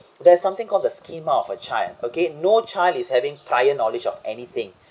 there is something called the schema of a child okay no child is having prior knowledge of anything